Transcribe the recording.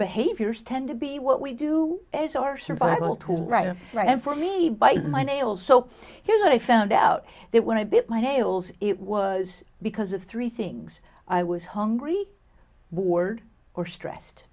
behaviors tend to be what we do is our survival tool right right and for me biting my nails so here's what i found out that when i bit my nails it was because of three things i was hungry bored or stressed